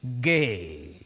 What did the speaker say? Gay